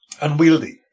unwieldy